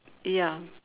ya